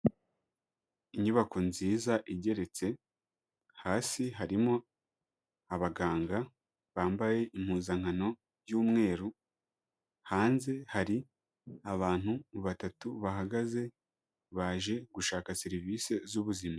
Inyubako nziza igeretse, hasi harimo abaganga bambaye impuzankano y'umweru, hanze hari abantu batatu bahagaze, baje gushaka serivise z'ubuzima.